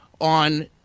on